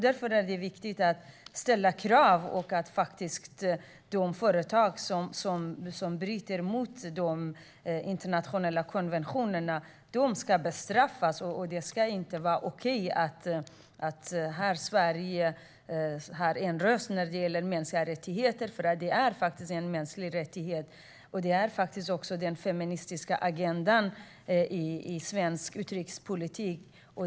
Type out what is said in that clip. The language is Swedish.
Därför är det viktigt att ställa krav och att de företag som bryter mot de internationella konventionerna ska bestraffas. Det här ska inte vara okej. Sverige har en röst när det gäller mänskliga rättigheter, och detta är en mänsklig rättighet. Det handlar också om den feministiska agendan i svensk utrikespolitik.